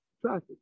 traffic